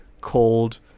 cold